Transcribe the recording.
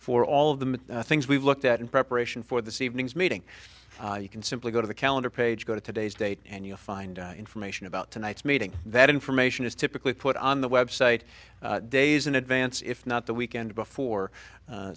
for all of the things we've looked at in preparation for this evening's meeting you can simply go to the calendar page go to today's date and you'll find information about tonight's meeting that information is typically put on the web site days in advance if not the weekend before